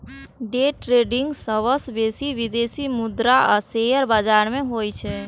day trading सबसं बेसी विदेशी मुद्रा आ शेयर बाजार मे होइ छै